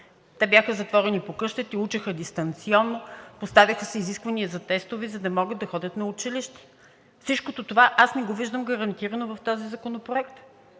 Те бяха затворени по къщите, учиха дистанционно, поставяха се изисквания за тестове, за да не могат да ходят на училище – всичкото това аз не го виждам гарантирано в този законопроект.